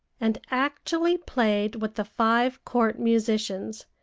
and actually played with the five court musicians,